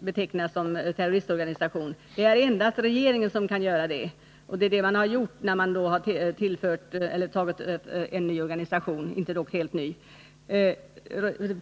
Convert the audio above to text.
betecknas som terroristorganisation. Det är endast regeringen som kan göra det. Det är det vi har gjort när vi tagit med en ny organisation — dock inte helt ny.